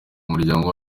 muryango